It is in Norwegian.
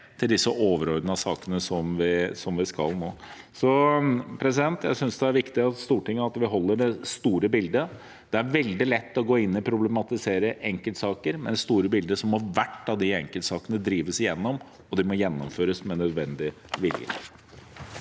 til disse overordnede sakene som vi skal nå fram med. Jeg synes det er viktig at vi i Stortinget holder fast ved det store bildet. Det er veldig lett å gå inn i og problematisere enkeltsaker, men i det store bildet må hver av de enkeltsakene drives gjennom, og det må gjennomføres med nødvendig vilje.